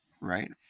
right